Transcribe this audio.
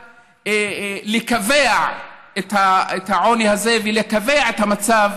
ולקבע את העוני הזה ולקבע את המצב